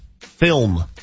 film